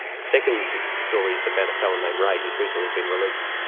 the second story is about a fella named ray who has recently been released.